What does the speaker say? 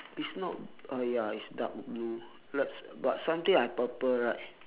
it's not uh ya it's dark blue like but something like purple right